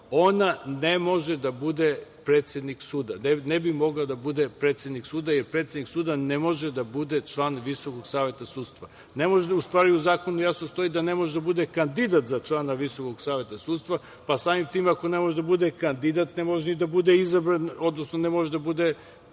ona ne može da bude predsednik suda, ne bi mogla da bude predsednik suda, jer predsednik suda ne može da bude član Visokog saveta sudstva. U zakonu jasno stoji da ne može da bude kandidat za člana Visokog saveta sudstva, pa samim time ako ne može da bude kandidat ne može ni da bude izabran, odnosno ne može da bude